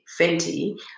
Fenty